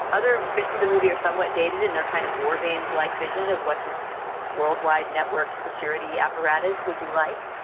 other bits of the movie are somewhat dated in their kind of war games like vision of what this worldwide network security apparatus would be like.